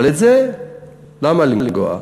אבל בזה למה לנגוע?